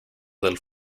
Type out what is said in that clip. del